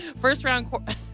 First-round